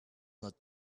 not